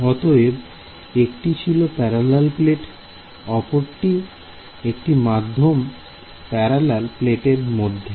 অতএব একটি ছিল প্যারালাল প্লেট অপরটি একটি মাধ্যম প্যারালাল প্লেটের মধ্যে